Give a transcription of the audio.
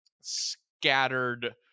scattered